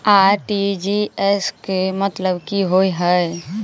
RTGS केँ मतलब की होइ हय?